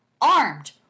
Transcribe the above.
Armed